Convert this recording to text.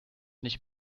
nicht